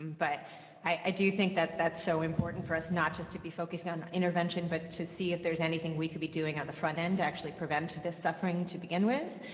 but i do think that that's so important for us not just to be focused on intervention but to see if there's anything we could be doing on the front end to actually prevent this suffering to begin with.